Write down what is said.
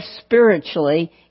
spiritually